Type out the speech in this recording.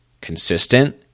consistent